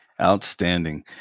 Outstanding